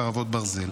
חרבות ברזל.